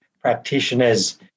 practitioners